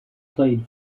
played